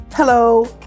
Hello